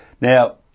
Now